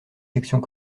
sections